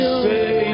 say